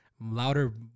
Louder